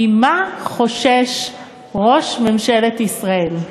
ממה חושש ראש ממשלת ישראל?